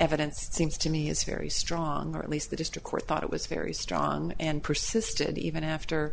evidence seems to me is very strong at least the district court thought it was very strong and persisted even after